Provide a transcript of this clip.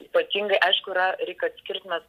ypatingai aišku yra reik atskirt mes